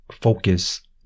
focus